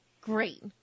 Great